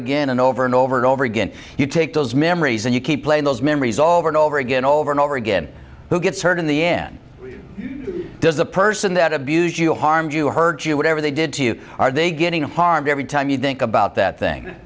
again and over and over and over again you take those memories and you keep playing those memories over and over again over and over again who gets hurt in the end does the person that abuse you harm you or hurt you whatever they did to you are they getting harmed every time you think about that thing